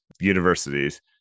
universities